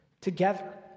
together